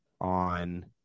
on